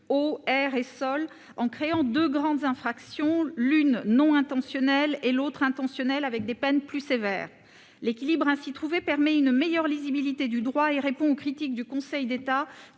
eau, air et sols -, en créant deux grandes infractions, l'une non intentionnelle et l'autre intentionnelle, cette dernière étant soumise à des peines plus sévères. L'équilibre ainsi trouvé permet une meilleure lisibilité du droit et répond aux critiques du Conseil d'État,